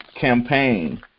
campaign